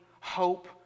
hope